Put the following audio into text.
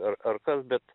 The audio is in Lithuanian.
ar ar kas bet